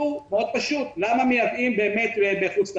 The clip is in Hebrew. למה מייבאים מחוץ לארץ?